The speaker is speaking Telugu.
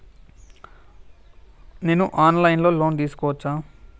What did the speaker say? నేను ఆన్ లైన్ లో లోన్ తీసుకోవచ్చా?